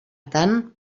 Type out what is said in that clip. tant